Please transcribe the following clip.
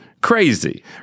crazy